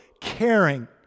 caring